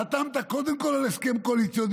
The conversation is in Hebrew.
חתמת קודם כול על הסכם קואליציוני,